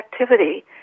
activity